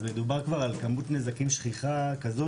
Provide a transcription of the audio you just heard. מדובר כבר על כמות נזקים שכיחה כזאת